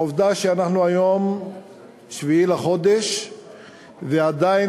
העובדה שאנחנו היום ב-7 בחודש ועדיין